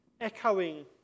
echoing